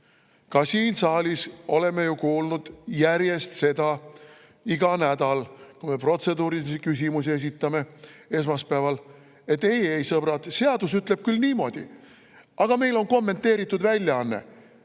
Ka siin saalis oleme ju kuulnud järjest iga nädal, kui me esmaspäeval protseduurilisi küsimusi esitame, et ei-ei, sõbrad, seadus ütleb küll niimoodi, aga meil on kommenteeritud väljaanne.